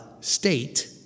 state